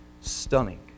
stunning